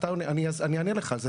אני אענה לך על זה,